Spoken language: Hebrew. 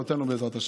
אני העדות החיה.